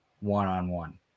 one-on-one